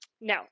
No